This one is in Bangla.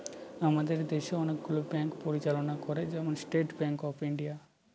আমাদের দেশে অনেকগুলো ব্যাঙ্ক পরিচালনা করে, যেমন স্টেট ব্যাঙ্ক অফ ইন্ডিয়া